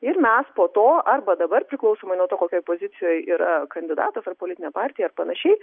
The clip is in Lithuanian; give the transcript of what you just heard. ir mes po to arba dabar priklausomai nuo to kokioj pozicijoj yra kandidatas ar politinė partija ar panašiai